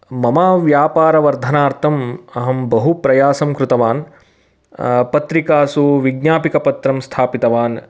मम व्यापारवर्धनार्थम् अहं बहु प्रायसं कृतवान् पत्रिकासु विज्ञापिकपत्रं स्थापितवान्